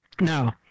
Now